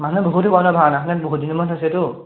মানুহ বহুত হ'ব ন ভাওনাখনত বহুত দিনৰ মূৰত হৈছেতো